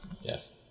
Yes